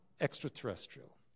extraterrestrial